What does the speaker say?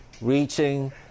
reaching